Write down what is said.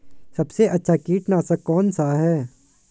सबसे अच्छा कीटनाशक कौन सा है?